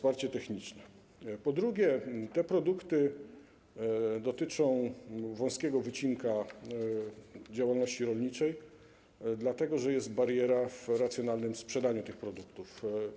Po drugie, te produkty dotyczą wąskiego wycinka działalności rolniczej, dlatego że jest bariera w racjonalnym sprzedaniu tych produktów.